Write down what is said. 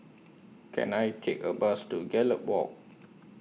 Can I Take A Bus to Gallop Walk